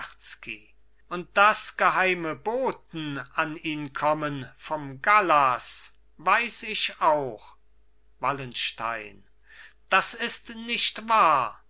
und daß geheime boten an ihn kommen vom gallas weiß ich auch wallenstein das ist nicht wahr